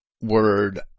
word